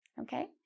Okay